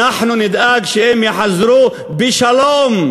אנחנו נדאג שהם יחזרו בשלום.